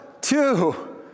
two